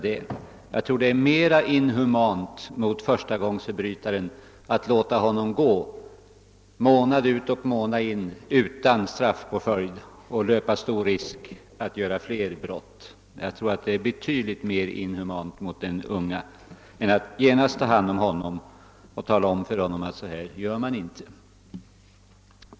Jag tror att det är betydligt mera inhumant mot den unge förstagångsförbrytaren att låta honom gå månad efter månad utan straffpåföljd och därvid löpa stor risk för att göra fler brott än att genast ta hand om honom och klargöra att han handlat fel.